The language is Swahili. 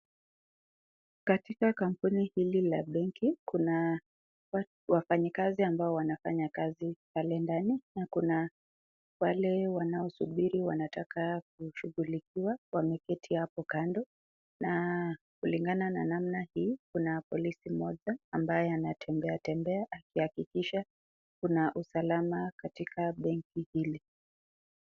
Katika kampuni hili la Bank kuna wafanyakazi wanafanya kazi pale ndani na kuna wale wanaosubiri wanataka kushughulikiwa wameketi hapo kando na kulingana na naamna hii kuna polisi mmoja ambaye anatembea tembea akihakikisha kuna usalama katika Bank hili.